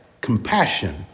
compassion